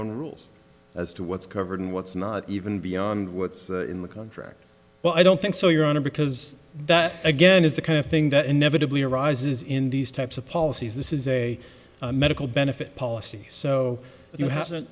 own rules as to what's covered and what's not even beyond what's in the contract well i don't think so your honor because that again is the kind of thing that inevitably arises in these types of policies this is a medical benefit policy so you ha